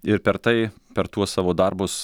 ir per tai per tuos savo darbus